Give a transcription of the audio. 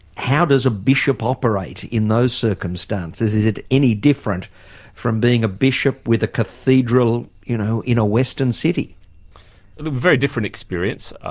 how does a bishop operate in those circumstances? is it any different from being a bishop with a cathedral, you know in a western city? look a very different experience.